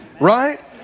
right